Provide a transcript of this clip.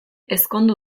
ezkondu